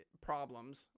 problems